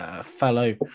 fellow